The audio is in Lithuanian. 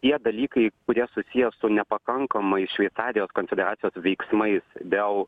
tie dalykai kurie susiję su nepakankamai šveicarijos konfederacijos veiksmais dėl